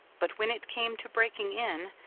but when it came to breaking in,